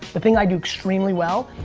the thing i do extremely well,